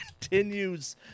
continues